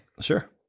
Sure